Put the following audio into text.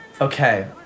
Okay